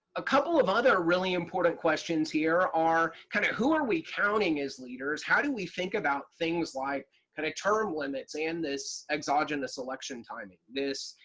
a couple of other really important questions here are kind of who are we counting as leaders? how do we think about things like kind of term limits and this exogenous election timing? this,